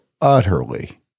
utterly